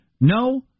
No